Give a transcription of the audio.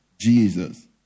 Jesus